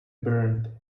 burned